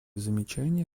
замечания